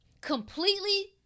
completely